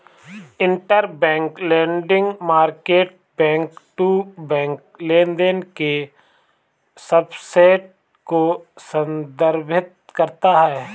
interbank lending market back to back लेनदेन के subset को संदर्भित करता है